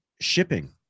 shipping